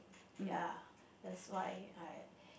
ya that's why I